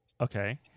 Okay